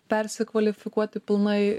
persikvalifikuoti pilnai